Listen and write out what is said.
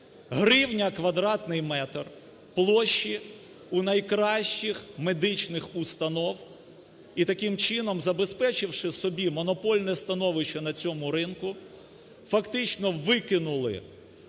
гривня – квадратний метр) площі у найкращих медичних установ і таким чином забезпечивши собі монопольне становище на цьому ринку, фактично викинули